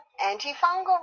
antifungal